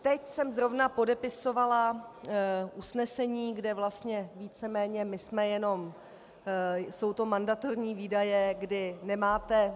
Teď jsem zrovna podepisovala usnesení, kde víceméně my jsme jenom jsou to mandatorní výdaje, kdy nemáte...